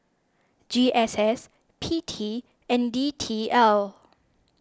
G S S P T and D T L